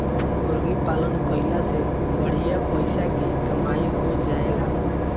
मुर्गी पालन कईला से बढ़िया पइसा के कमाई हो जाएला